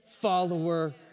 follower